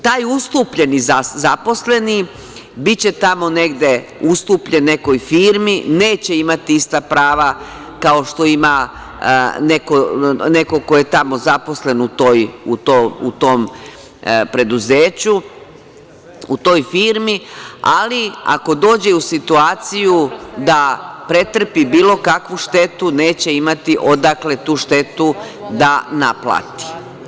Taj ustupljeni zaposleni biće tamo ustupljen nekoj firmi, neće imati ista prava kao što ima neko ko je tamo zaposlen u tom preduzeću, u toj firmi, ali ako dođe u situaciju da pretrpi bilo kakvu štetu neće imati odakle tu štetu da naplati.